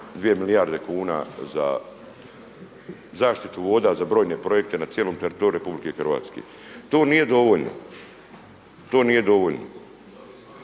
2 milijarde kuna za zaštitu voda za brojne projekte na cijelom teritoriju RH. To nije dovoljno. I nadam